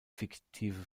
fiktive